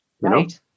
Right